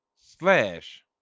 slash